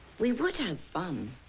we would have fun.